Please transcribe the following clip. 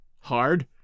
hard